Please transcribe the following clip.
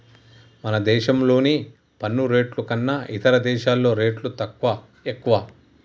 మన దేశంలోని పన్ను రేట్లు కన్నా ఇతర దేశాల్లో రేట్లు తక్కువా, ఎక్కువా